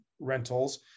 rentals